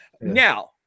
Now